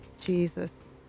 jesus